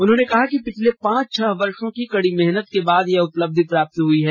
उन्होंने कहा कि पिछले पांच छह वर्षों की कड़ी मेहनत के बाद यह उपलब्धि प्राप्त हुई है